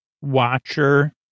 watcher